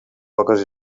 poques